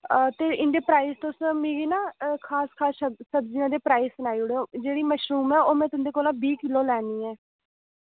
ते इं'दे प्राईस च मिगी ना खास खास सब्जियें दे प्राईस सनाई ओड़ेओ जेह्ड़ी मशरूम ऐ ओह् में तुं'दे कोला बीह् किल्लो लैनी ऐ